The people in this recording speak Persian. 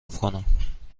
کنم